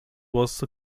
was